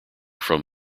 from